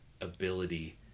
ability